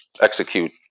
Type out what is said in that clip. execute